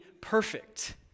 perfect